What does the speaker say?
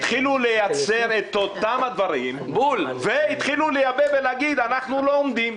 התחילו לייצר את אותם הדברים והתחיל לייבא ולהגיד: אנחנו לא עומדים.